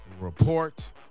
report